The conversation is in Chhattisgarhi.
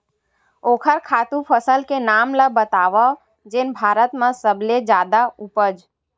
ओखर खातु फसल के नाम ला बतावव जेन भारत मा सबले जादा उपज?